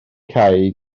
cau